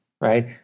right